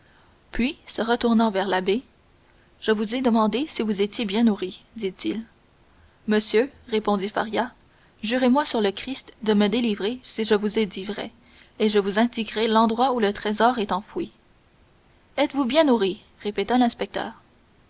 puis se retournant vers l'abbé je vous ai demandé si vous étiez bien nourri dit-il monsieur répondit faria jurez-moi sur le christ de me délivrer si je vous ai dit vrai et je vous indiquerai l'endroit où le trésor est enfoui êtes-vous bien nourri répéta l'inspecteur